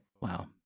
Wow